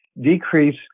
decrease